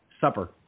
Supper